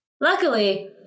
Luckily